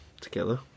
together